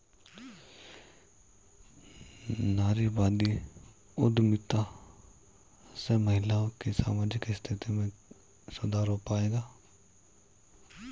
नारीवादी उद्यमिता से महिलाओं की सामाजिक स्थिति में सुधार हो पाएगा?